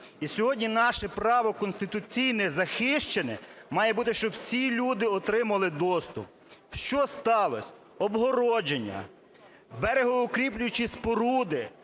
І сьогодні наше право конституційне захищене має бути, щоб всі люди отримали доступ. Що сталося? Огородження, берегоукріплюючі споруди,